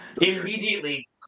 immediately